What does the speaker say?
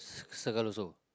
c~ circle also